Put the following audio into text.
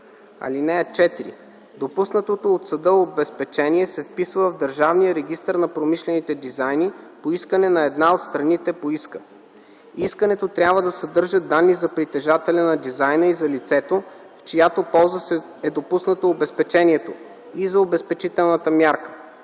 (4) Допуснатото от съда обезпечение се вписва в Държавния регистър на промишлените дизайни по искане на една от страните по иска. Искането трябва да съдържа данни за притежателя на дизайна и за лицето, в чиято полза е допуснато обезпечението, и за обезпечителната мярка.